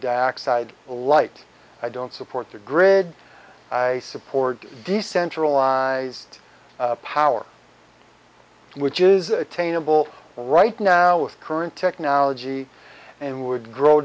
dioxide a light i don't support the grid i support decentralized power which is attainable right now with current technology and would grow